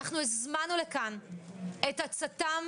הזמנו לכאן את הצט"ם,